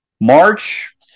March